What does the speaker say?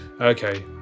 Okay